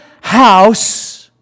house